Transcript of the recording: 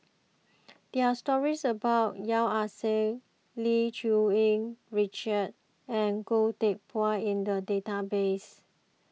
there are stories about Yeo Ah Seng Lim Cherng Yih Richard and Goh Teck Phuan in the database